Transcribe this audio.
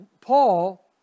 Paul